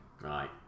Right